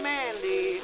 Mandy